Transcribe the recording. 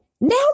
now